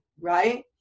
right